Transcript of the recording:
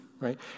right